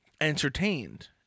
entertained